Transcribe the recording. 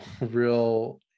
real